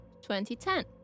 2010